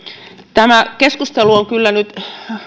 tämä keskustelu on kyllä nyt